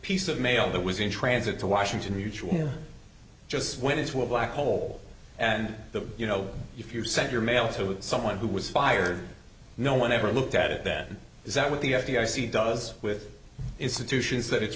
piece of mail that was in transit to washington mutual just went into a black hole and the you know if you sent your mail to someone who was fired no one ever looked at it then is that what the f b i cia does with institutions that it's